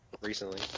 recently